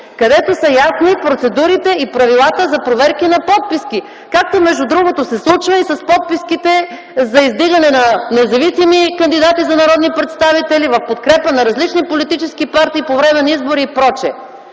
където са ясни процедурите и правилата за проверки на подписки, както, между другото, се случва и с подписките за издигане на независими кандидати за народни представители, в подкрепа на различни политически партии по време на избори и пр.